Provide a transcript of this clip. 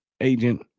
agent